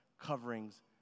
coverings